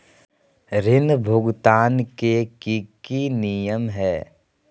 ऋण भुगतान के की की नियम है?